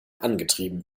angetrieben